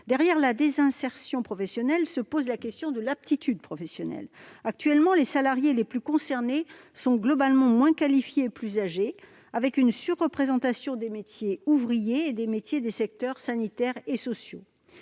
de la désinsertion professionnelle se pose celle de l'aptitude professionnelle : actuellement, les salariés les plus concernés sont globalement moins qualifiés et plus âgés que les autres, les métiers ouvriers et des secteurs sanitaires et sociaux